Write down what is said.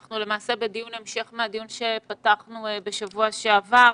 אנחנו בדיון המשך מהדיון שפתחנו בשבוע שעבר.